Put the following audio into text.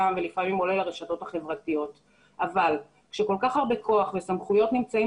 ולפעמים עולה לרשתות החברתיות אבל כשכל כך הרבה כוח וסמכויות נמצאים